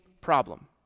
problem